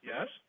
Yes